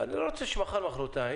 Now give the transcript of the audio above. אני לא רוצה שמחר או מוחרתיים